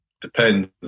Depends